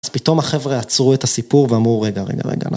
אז פתאום החבר'ה עצרו את הסיפור ואמרו, רגע, רגע, רגע, אנחנו...